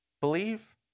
believe